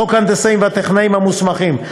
73. חוק ההנדסאים והטכנאים המוסמכים,